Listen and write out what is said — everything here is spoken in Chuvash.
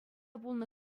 пулнӑ